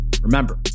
Remember